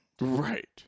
Right